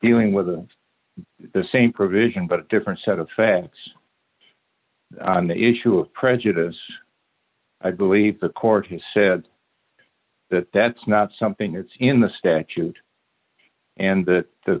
dealing with the same provision but a different set of facts on the issue of prejudice i believe the court has said that that's not something that's in the statute and that the